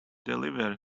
deliver